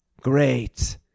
Great